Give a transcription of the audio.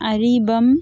ꯑꯔꯤꯕꯝ